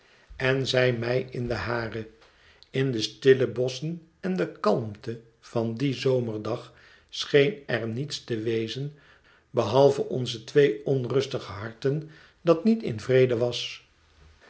en zij mij in de hare in de stille bosschen en de kalmte van dien zomerdag scheen er niets te wezen behalve onze twee onrustige harten dat niet in vrede was